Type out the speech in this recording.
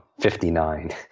59